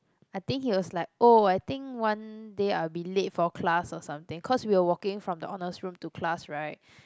I think he was like oh I think one day I'll be late for class or something cause we were walking from the honors room to class right